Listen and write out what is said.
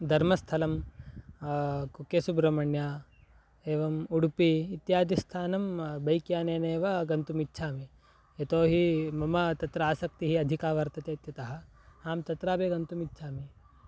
धर्मस्थलं कुक्केसुब्रह्मण्य एवम् उडुपि इत्यादिस्थानं बैक्यानेनैव गन्तुम् इच्छामि यतोहि मम तत्र आसक्तिः अधिका वर्तते इत्यतः अहं तत्रापि गन्तुम् इच्छामि